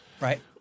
right